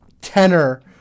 tenor